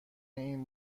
این